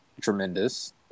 tremendous